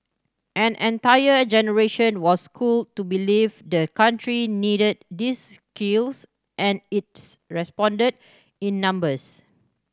an entire generation was schooled to believe the country needed these skills and its responded in numbers